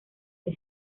que